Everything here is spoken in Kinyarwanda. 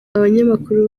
abanyamakuru